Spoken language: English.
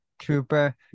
trooper